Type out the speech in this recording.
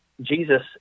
Jesus